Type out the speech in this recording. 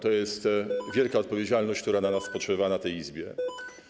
To jest wielka odpowiedzialność, która na nas spoczywa w tej Izbie.